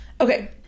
Okay